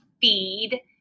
feed